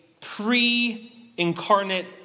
pre-incarnate